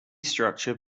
structure